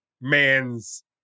mans